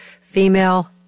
female